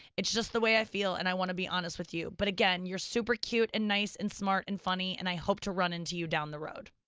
it's just the way i feel and i wanna be honest with you. but again, you're super cute and nice and smart and funny, and i hope to run into you down the road.